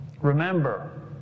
Remember